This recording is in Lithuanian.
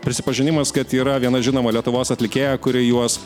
prisipažinimas kad yra viena žinoma lietuvos atlikėja kuri juos